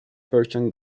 persian